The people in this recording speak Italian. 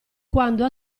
quando